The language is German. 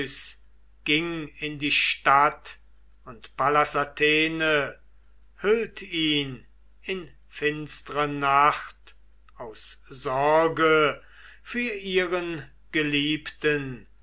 ging in die stadt und pallas athene hüllt ihn in finstre nacht aus sorge für ihren geliebten